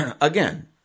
Again